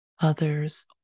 others